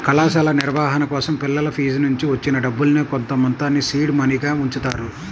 కళాశాల నిర్వహణ కోసం పిల్లల ఫీజునుంచి వచ్చిన డబ్బుల్నే కొంతమొత్తాన్ని సీడ్ మనీగా ఉంచుతారు